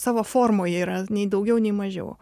savo formoje yra nei daugiau nei mažiau